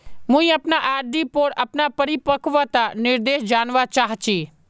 मुई अपना आर.डी पोर अपना परिपक्वता निर्देश जानवा चहची